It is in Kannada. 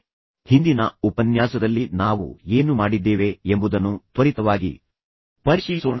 ಈಗ ನಾನು ಪ್ರಾರಂಭಿಸುವ ಮೊದಲು ಹಿಂದಿನ ಉಪನ್ಯಾಸದಲ್ಲಿ ನಾವು ಏನು ಮಾಡಿದ್ದೇವೆ ಎಂಬುದನ್ನು ತ್ವರಿತವಾಗಿ ಪರಿಶೀಲಿಸೋಣ